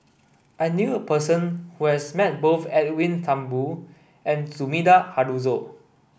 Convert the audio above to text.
I knew a person who has met both Edwin Thumboo and Sumida Haruzo